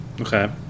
Okay